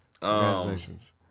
Congratulations